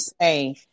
say